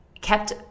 kept